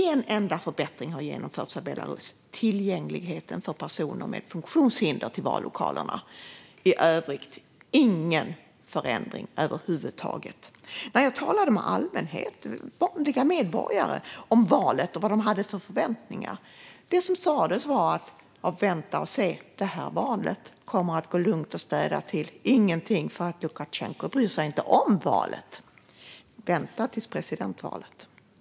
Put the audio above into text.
En enda förbättring har genomförts av Belarus: tillgängligheten till vallokalerna för personer med funktionshinder. I övrigt är det ingen förändring över huvud taget. När jag talade med allmänheten, vanliga medborgare, om valet och vad de hade för förväntningar sa de: Vänta och se! Det här valet kommer att gå lugnt och städat till, för Lukasjenko bryr sig inte om valet. Vänta till presidentvalet!